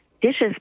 dishes